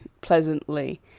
pleasantly